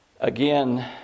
Again